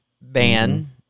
ban